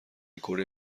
کره